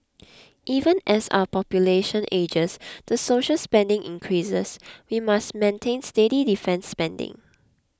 even as our population ages the social spending increases we must maintain steady defence spending